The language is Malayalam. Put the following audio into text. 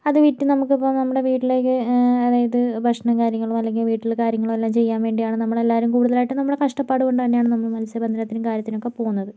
അതു വിറ്റ് നമുക്ക് ഇപ്പം നമ്മുടെ വീട്ടിലേക്ക് അതായത് ഭക്ഷണവും കാര്യങ്ങളും അല്ലെങ്കിൽ വീട്ടില് കാര്യങ്ങളും എല്ലാം ചെയ്യാൻ വേണ്ടിയാണ് നമ്മളെല്ലാരും കൂടുതലായിട്ട് നമ്മുടെ കഷടപ്പാട് കൊണ്ട് തന്നെയാണ് നമ്മള് മത്സ്യ ബന്ധനത്തിനും കാര്യത്തിനൊക്കെ പോകുന്നത്